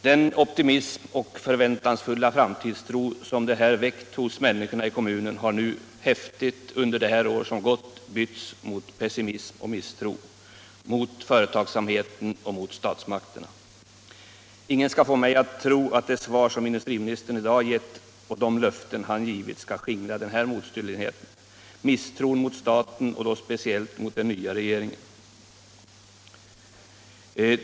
Den optimism och förväntansfulla framtidstro som det här väckt hos människorna i kommunen har nu, häftigt, under det år som gått bytts mot pessimism och misstro mot företagsamheten och mot statsmakterna. Ingen skall få mig att tro att det svar som industriministern i dag gett eller hans löften skall skingra den här modstulenheten och misstron mot staten — och då speciellt mot den nya regeringen.